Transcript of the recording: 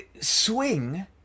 Swing